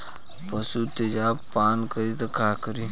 पशु तेजाब पान करी त का करी?